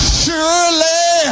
surely